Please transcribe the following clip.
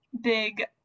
big